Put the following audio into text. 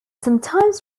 sometimes